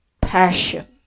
passion